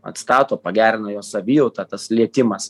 atstato pagerina jo savijautą tas lietimas